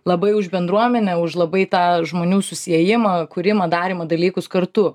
labai už bendruomenę už labai tą žmonių susiėjimą kūrimą darymo dalykus kartu